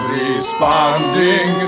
responding